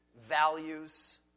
values